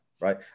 right